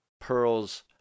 pearls